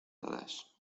dadas